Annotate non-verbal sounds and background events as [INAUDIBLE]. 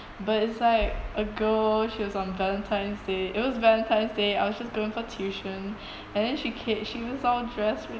but it's like a girl she was on valentine's day it was valentine's day I was just going for tuition [BREATH] and then she ca~ she was someone dressed